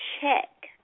check